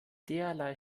derlei